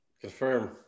Confirm